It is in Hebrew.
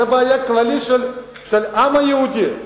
זו בעיה כללית של העם היהודי,